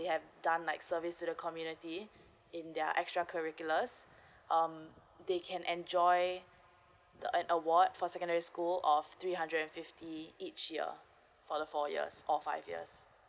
they have done like service to the community in their extra curriculars um they can enjoy the an award for secondary school of three hundred and fifty each year for the four years or five years